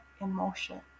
emotion